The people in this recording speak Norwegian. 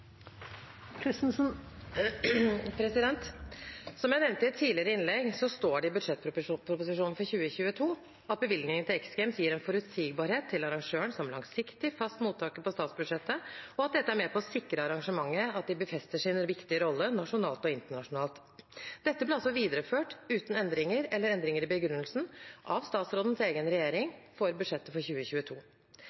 blir replikkordskifte. Som jeg nevnte i et tidligere innlegg, står det i budsjettproposisjonen for 2022 at bevilgningene til X Games gir en forutsigbarhet til arrangøren som langsiktig, fast mottaker på statsbudsjettet, og at dette er med på å sikre arrangementet at de befester sin viktige rolle nasjonalt og internasjonalt. Dette ble altså videreført uten endringer, eller endringer i begrunnelsen, av statsrådens egen regjering